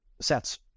sets